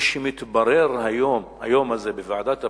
שמתברר היום בוועדת הפנים,